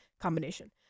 combination